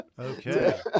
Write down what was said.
Okay